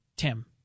Tim